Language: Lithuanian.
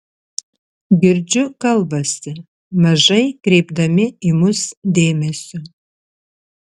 girdžiu kalbasi mažai kreipdami į mus dėmesio